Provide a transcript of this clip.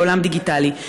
בעולם דיגיטלי,